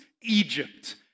Egypt